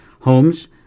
homes